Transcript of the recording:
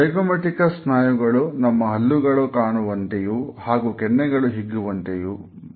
zygomaticus ಸ್ನಾಯುಗಳು ನಮ್ಮ ಹಲ್ಲುಗಳು ಕಾಣುವಂತೆಯೂ ಹಾಗೂ ಕೆನ್ನೆಗಳು ಹಿಗ್ಗುವಂತೆ ಮಾಡುತ್ತವೆ